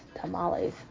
tamales